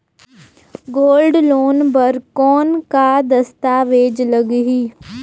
Gold loan बर कौन का दस्तावेज लगही?